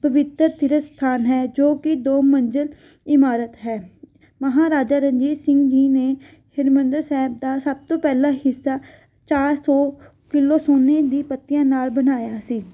ਪਵਿੱਤਰ ਤੀਰਥ ਅਸਥਾਨ ਹੈ ਜੋ ਕਿ ਦੋ ਮੰਜ਼ਿਲ ਇਮਾਰਤ ਹੈ ਮਹਾਰਾਜਾ ਰਣਜੀਤ ਸਿੰਘ ਜੀ ਨੇ ਹਰਿਮੰਦਰ ਸਾਹਿਬ ਦਾ ਸਭ ਤੋਂ ਪਹਿਲਾਂ ਹਿੱਸਾ ਚਾਰ ਸੌ ਕਿਲੋ ਸੋਨੇ ਦੀ ਪੱਤਿਆਂ ਨਾਲ ਬਣਾਇਆ ਸੀ